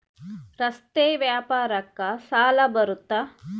ರಸ್ತೆ ವ್ಯಾಪಾರಕ್ಕ ಸಾಲ ಬರುತ್ತಾ?